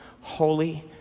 Holy